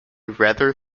rather